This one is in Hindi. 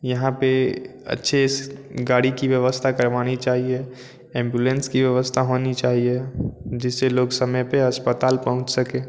यहाँ पर अच्छी गाड़ी की व्यवस्था करवानी चाहिए एंबुलेंस की व्यवस्था होनी चाहिए जिससे लोग समय पर अस्पताल पहुँच सकें